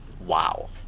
wow